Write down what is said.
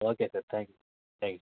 okay sir thank you thank you